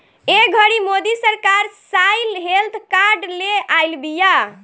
ए घड़ी मोदी सरकार soil health card ले आइल बिया